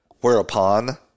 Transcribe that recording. Whereupon